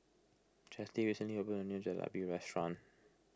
Chesley recently opened a new Jalebi restaurant